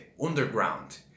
underground